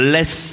Less